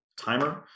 timer